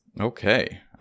Okay